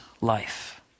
life